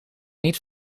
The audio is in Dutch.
niet